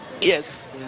Yes